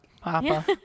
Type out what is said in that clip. Papa